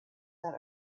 that